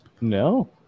No